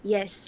Yes